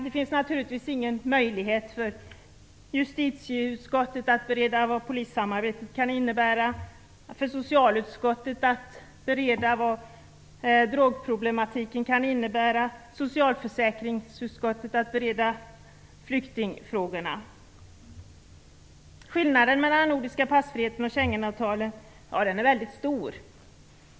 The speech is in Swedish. Det finns naturligtvis ingen möjlighet för justitieutskottet att bereda vad polissamarbetet kan innebära, för socialutskottet att bereda vad drogproblematiken kan innebära och för socialförsäkringsutskottet att bereda flyktingfrågorna. Schengenavtalet är mycket stor.